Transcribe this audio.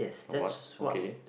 what okay